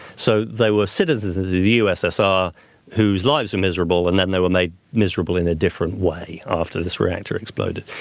so they were citizens of the ussr whose lives were miserable and then they were made miserable in a different way after this reactor exploded.